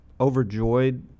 overjoyed